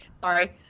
Sorry